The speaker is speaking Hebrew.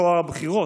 טוהר הבחירות.